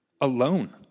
alone